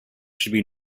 should